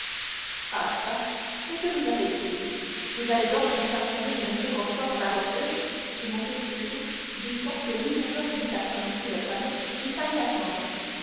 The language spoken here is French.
ah çà mais que vous arrive-t-il vous allez donc me faire sonner une seconde fois pour la voiture dit monte cristo du ton que louis xiv mit à prononcer le fameux j'ai failli attendre